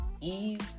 Eve